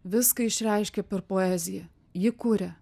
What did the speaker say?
viską išreiškia per poeziją ji kuria